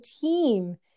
team